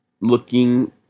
looking